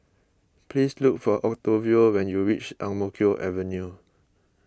please look for Octavio when you reach Ang Mo Kio Avenue